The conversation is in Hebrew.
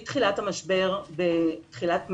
מתחילת המשבר, בתחילת מארס,